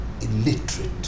illiterate